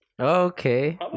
Okay